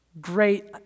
great